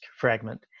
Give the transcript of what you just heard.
fragment